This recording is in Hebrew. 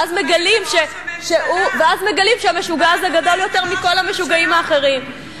ואז מגלים שהמשוגע הזה גדול יותר מכל המשוגעים האחרים.